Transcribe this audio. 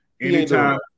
anytime